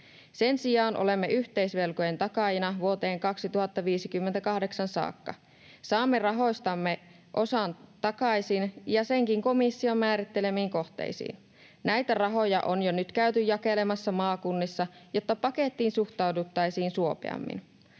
Sen sijaan olemme yhteisvelkojen takaajina vuoteen 2058 saakka. Saamme rahoistamme osan takaisin ja senkin komission määrittelemiin kohteisiin. Näitä rahoja on jo nyt käyty jakelemassa maakunnissa, jotta pakettiin suhtauduttaisiin suopeammin.